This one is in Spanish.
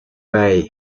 bay